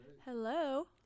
Hello